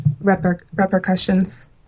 repercussions